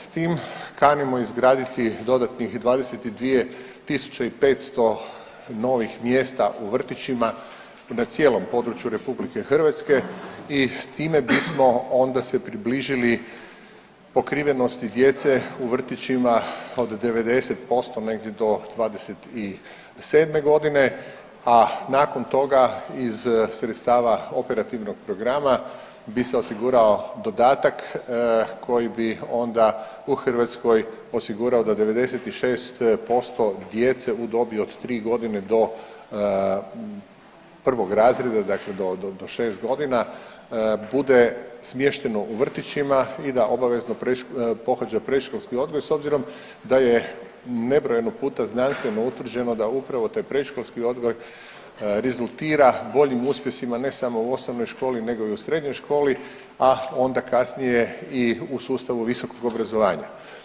S tim kanimo izgraditi dodatnih 22 tisuće i 500 novih mjesta u vrtićima na cijelom području RH i s time bismo onda se približili pokrivenosti djece u vrtićima od 90% negdje do '27.g., a nakon toga iz sredstava operativnog programa bi se osigurao dodatak koji bi onda u Hrvatskoj osigurao da 96% djece u dobi od tri godine do 1. razreda dakle do šest godina bude smješteno u vrtićima i da obavezno pohađa predškolski odgoj s obzirom da je nebrojeno puta znanstveno utvrđeno da upravo taj predškolski odgoj rezultira boljim uspjesima ne samo u osnovnoj školi nego i u srednjoj školi, a onda kasnije i u sustavu visokog obrazovanja.